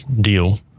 deal